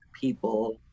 people